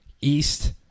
east